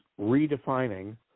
redefining